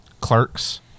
Clerks